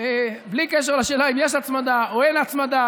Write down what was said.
בלי קשר לשאלה אם יש הצמדה או אין הצמדה.